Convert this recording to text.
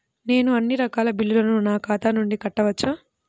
నేను అన్నీ రకాల బిల్లులను నా ఖాతా నుండి కట్టవచ్చా?